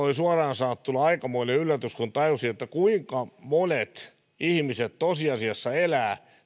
oli suoraan sanottuna aikamoinen yllätys kun tajusin kuinka monet ihmiset tosiasiassa elävät